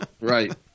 Right